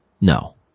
No